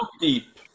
deep